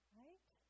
right